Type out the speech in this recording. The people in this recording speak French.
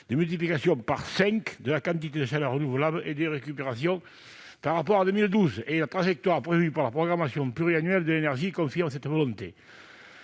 de multiplication par cinq de la quantité de chaleur renouvelable et de récupération par rapport à 2012. La trajectoire prévue dans la programmation pluriannuelle de l'énergie confirme cette volonté.